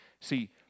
See